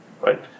right